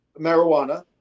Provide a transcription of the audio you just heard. marijuana